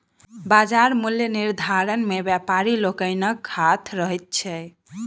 बाजार मूल्य निर्धारण मे व्यापारी लोकनिक हाथ रहैत छै